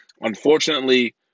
Unfortunately